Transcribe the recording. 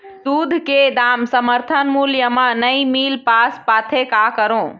दूध के दाम समर्थन मूल्य म नई मील पास पाथे, का करों?